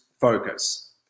focus